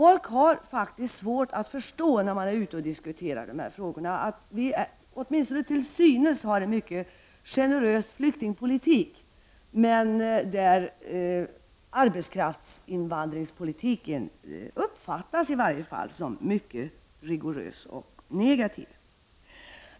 När man är ute och diskuterar dessa frågor har folk faktiskt svårt att förstå att vi åtminstone till synes har en mycket generös flyktingpolitik när arbetskraftsinvandringspolitiken i varje fall uppfattas som mycket rigorös och negativ.